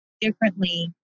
differently